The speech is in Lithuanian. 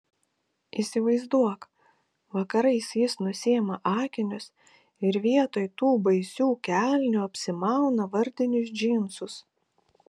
įsivaizduok vakarais jis nusiima akinius ir vietoj tų baisių kelnių apsimauna vardinius džinsus